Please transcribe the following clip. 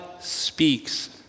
speaks